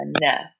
enough